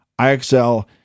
IXL